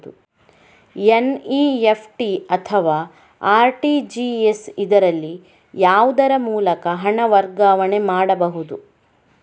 NEFT ಅಥವಾ RTGS, ಇದರಲ್ಲಿ ಯಾವುದರ ಮೂಲಕ ಹಣ ವರ್ಗಾವಣೆ ಮಾಡಬಹುದು?